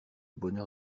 bonheur